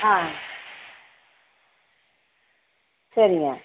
ஆ சரிங்க